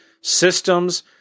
systems